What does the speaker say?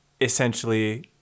essentially